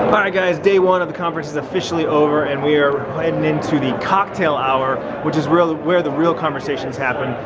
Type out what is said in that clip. alright guys, day one of the conference is officially over and we are heading into the cocktail hour, which is where the real conversations happen,